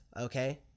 Okay